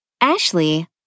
Ashley